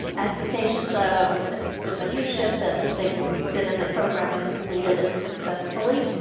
assertations of the the mentorship that they've been in the program and completed it successfully